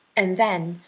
and then,